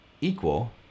equal